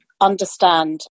understand